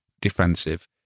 defensive